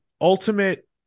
Ultimate